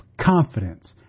confidence